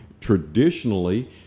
traditionally